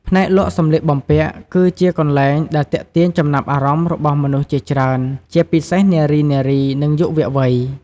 ផ្នែកលក់សម្លៀកបំពាក់ គឺជាកន្លែងដែលទាក់ទាញចំណាប់អារម្មណ៍របស់មនុស្សជាច្រើន ជាពិសេសនារីៗ និងយុវវ័យ។